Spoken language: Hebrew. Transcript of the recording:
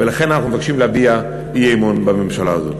ולכן אנחנו מבקשים להביע אי-אמון בממשלה הזאת.